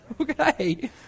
Okay